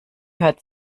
hört